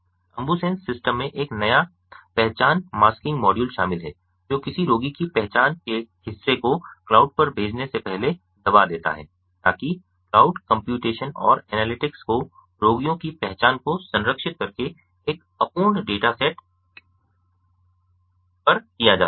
AmbuSens system में एक नया पहचान मास्किंग मॉड्यूल शामिल है जो किसी रोगी की पहचान के हिस्से को क्लाउड पर भेजने से पहले दबा देता है ताकि क्लाउड कम्प्यूटेशन और एनालिटिक्स को रोगियों की पहचान को संरक्षित करके एक अपूर्ण डेटा सेट पर किया जा सके